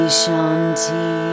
shanti